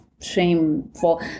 shameful